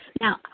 Now